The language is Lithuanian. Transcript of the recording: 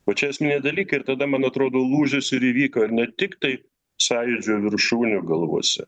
va čia esminiai dalykai ir tada man atrodo lūžis įvyko ir ne tiktai sąjūdžio viršūnių galvose